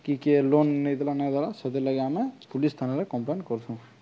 କି କିଏ ଲୋନ୍ ନେଇେଲା ନଁ ଦେଲା ସେଥିର୍ ଲଗି ଆମେ ପୋଲିସ୍ ସ୍ଥାନରେ କମ୍ପ୍ଲେନ୍ କରୁଛୁଁ